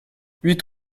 huit